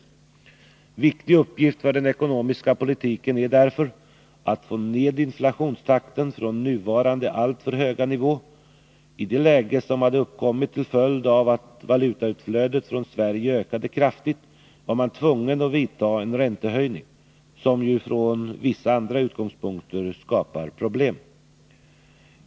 En viktig uppgift för den ekonomiska politiken är därför att få ned inflationstakten från nuvarande alltför höga nivå. I det läge som hade uppkommit till följd av att valutautflödet från Sverige ökade kraftigt var man tvungen att vidta en räntehöjning, som ju från vissa andra utgångspunkter skapar problem.